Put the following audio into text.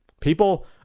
People